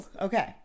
Okay